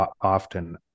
often